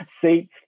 seats